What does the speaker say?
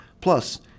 Plus